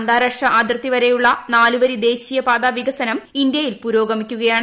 അന്താരാഷ്ട്ര അതിർത്തി വരെയുള്ള നാലുവരി ദേശീയ പാത വികസനം ഇന്ത്യയിൽ പുരോഗമിക്കുകയാണ്